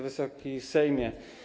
Wysoki Sejmie!